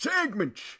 Segments